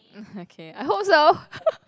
okay I hope so